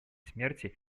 смерти